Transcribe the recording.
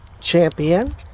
Champion